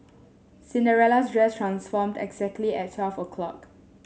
Cinderella's dress transformed exactly at twelve o'clock